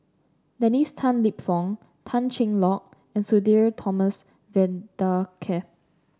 Dennis Tan Lip Fong Tan Cheng Lock and Sudhir Thomas Vadaketh